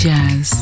Jazz